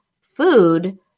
food